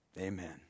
Amen